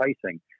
pricing